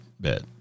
bit